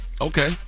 Okay